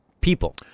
People